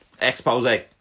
Expose